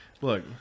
Look